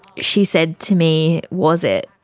she said to me, was it?